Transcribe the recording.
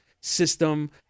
system